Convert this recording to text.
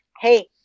Hey